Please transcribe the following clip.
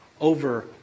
Over